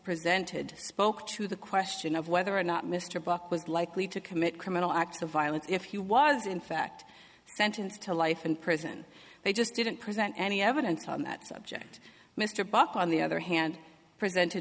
presented spoke to the question of whether or not mr buck was likely to commit criminal acts of violence if he was in fact sentenced to life in prison they just didn't present any evidence on that subject mr buck on the other hand present